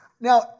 Now